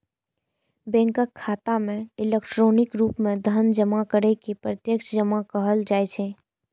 bank खाता मे electronic रूप मे धन जमा करै के प्रत्यक्ष जमा कहल जाइ छै